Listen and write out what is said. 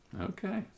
Okay